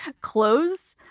clothes